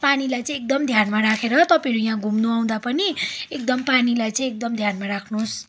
पानीलाई चाहिँ एकदम ध्यानमा राखेर तपाईँहरू यहाँ घुम्नआउँदा पनि एकदम पानीलाई चाहिँ एकदम ध्यानमा राख्नुहोस्